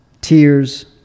tears